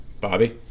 Bobby